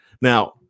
Now